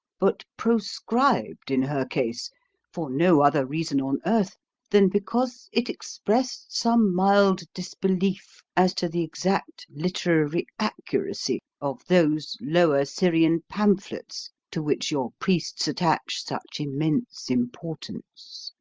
but proscribed in her case for no other reason on earth than because it expressed some mild disbelief as to the exact literary accuracy of those lower syrian pamphlets to which your priests attach such immense importance.